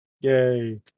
Yay